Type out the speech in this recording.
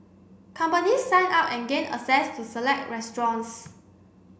companies sign up and gain access to select restaurants